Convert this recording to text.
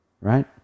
Right